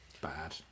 Bad